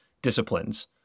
disciplines